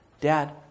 Dad